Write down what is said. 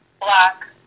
black